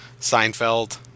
seinfeld